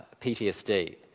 PTSD